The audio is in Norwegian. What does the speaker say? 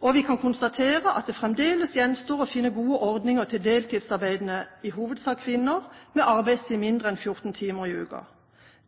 på. Vi kan konstatere at det fremdeles gjenstår å finne gode ordninger til deltidsarbeidende, i hovedsak kvinner, med arbeidstid mindre enn 14 timer i uken.